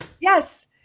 Yes